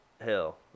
Hell